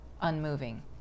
unmoving